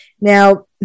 Now